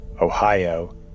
Ohio